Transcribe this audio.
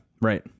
Right